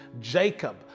Jacob